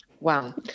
Wow